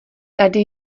tady